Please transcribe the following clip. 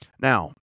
Now